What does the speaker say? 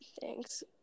Thanks